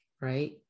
Right